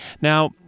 Now